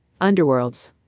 Underworlds